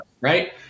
right